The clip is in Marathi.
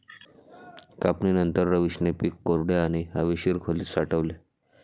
कापणीनंतर, रवीशने पीक कोरड्या आणि हवेशीर खोलीत साठवले